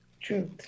Truth